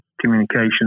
communication